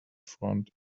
front